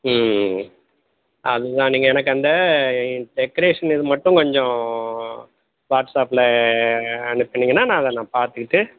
ம் ம் ம் அது தான் நீங்கள் எனக்கு அந்த டெக்கரேஷன் இது மட்டும் கொஞ்சம் வாட்ஸ்ஆப்பில் அனுப்புனீங்கன்னால் நான் அதை நான் பார்த்துட்டு